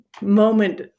moment